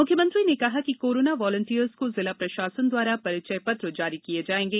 मुख्यमंत्री ने कहा कि कोरोना वॉलेंटियर्स को जिला प्रशासन द्वारा परिचय पत्र जारी किये जायेंगे